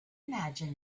imagine